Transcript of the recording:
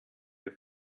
auf